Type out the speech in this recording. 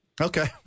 Okay